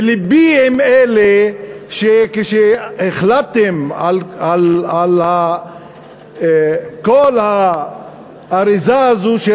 ולבי עם אלה שכשהחלטתם על כל האריזה הזאת,